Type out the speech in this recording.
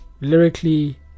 lyrically